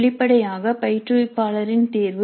வெளிப்படையாக பயிற்றுவிப்பாளரின் தேர்வு